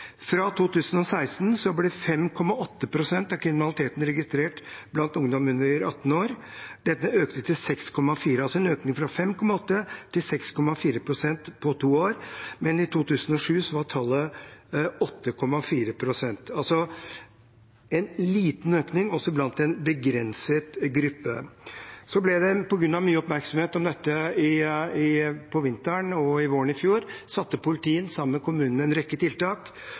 Fra 2016 ble 5,8 pst. av kriminaliteten registrert blant ungdom under 18 år økt til 6,4 pst., altså en økning fra 5,8 pst. til 6,4 pst. på to år. Men i 2007 var tallet 8,4 pst., altså en liten økning også blant en begrenset gruppe. På grunn av mye oppmerksomhet rundt dette på vinteren og våren i fjor satte politiet sammen med kommunen inn en rekke tiltak.